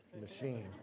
machine